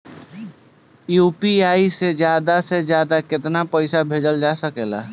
UPI से ज्यादा से ज्यादा केतना पईसा भेजल जा सकेला?